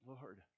Lord